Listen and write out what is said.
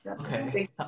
Okay